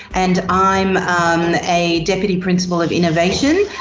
and i'm a deputy principal of innovation,